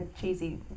cheesy